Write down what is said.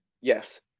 Yes